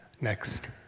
Next